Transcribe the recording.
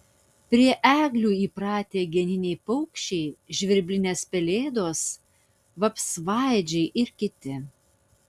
prie eglių įpratę geniniai paukščiai žvirblinės pelėdos vapsvaėdžiai ir kiti